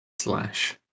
slash